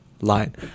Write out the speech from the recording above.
line